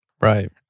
Right